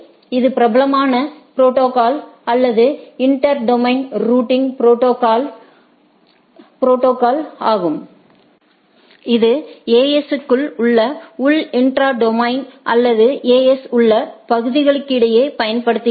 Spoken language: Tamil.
இது பிரபலமான ப்ரோடோகால் அல்லது இன்டர் டொமைன் ரூட்டிங் ப்ரோடோகால்ஸ்ஆகும் இது AS க்குள் உள்ள உள் இன்ட்ரா டொமைன் ரூட்டிங் அல்லது AS உள்ள பகுதிகளுக்கிடையே பயன்படுத்தப்படுகிறது